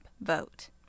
vote